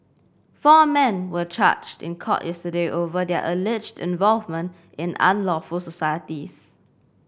four men were charged in court yesterday over their alleged involvement in unlawful societies